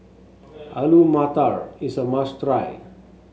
Alu Matar is a must try